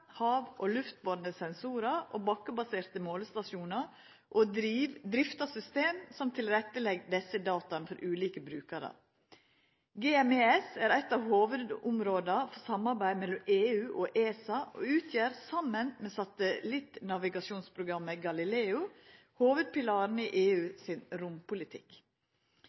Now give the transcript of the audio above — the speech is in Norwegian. sensorar og bakkebaserte målestasjonar og å drifta system som tilrettelegg desse data for ulike brukarar. GMES er eit av hovudområda for samarbeid mellom EU og ESA og utgjer – saman med satellittnavigasjonsprogrammet Galileo – hovudpilaren i EU sin rompolitikk.